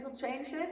changes